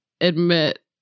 admit